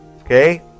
Okay